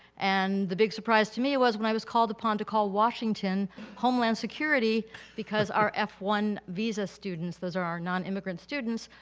and the big surprise to me was when i was called upon to call washington homeland security because our f one visa students, those are non-immigrant students,